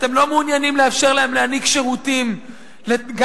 אתם לא מעוניינים לאפשר להם להעניק שירותים לאזרחים,